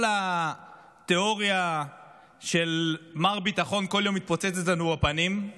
כל התיאוריה של מר ביטחון מתפוצצת לנו בפנים בכל יום.